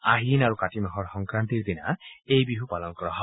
আহিন আৰু কাতি মাহৰ সংক্ৰান্তিৰ দিনা এই বিহু পালন কৰা হয়